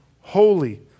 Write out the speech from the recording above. holy